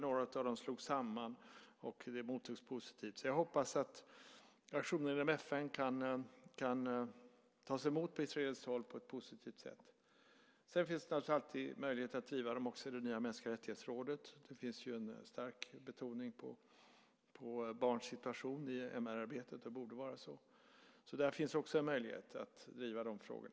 Några av dem slogs samman, vilket mottogs positivt. Jag hoppas därför att aktioner inom FN kan tas emot på ett positivt sätt från israeliskt håll. Det finns naturligtvis alltid möjlighet att även driva dessa frågor i det nya rådet för mänskliga rättigheter. Det finns en stark betoning på barns situation i MR-arbetet, och borde också vara så. Även där finns alltså möjligheter att driva dessa frågor.